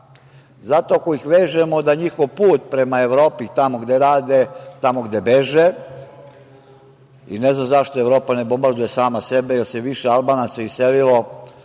zato ako ih vežemo da njihov put prema Evropi, tamo gde rade, tamo gde beže, i ne znam zašto Evropa ne bombarduje sama sebe, jer se više Albanaca iselilo